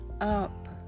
up